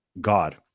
God